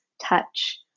touch